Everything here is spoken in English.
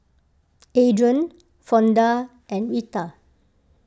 Adrian Fonda and Retha